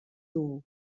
dugu